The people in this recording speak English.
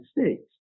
States